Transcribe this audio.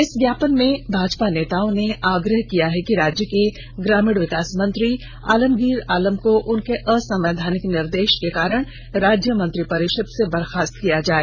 इस ज्ञापन में भाजपा नेताओं द्वारा यह आग्रह किया गया है कि राज्य के ग्रामीण विकास मंत्री आलमगीर आलम को उनके असंवैधानिक निर्देश के कारण राज्य मंत्रिपरिषद से बर्खास्त किया जाय